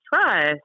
trust